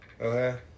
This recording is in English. Okay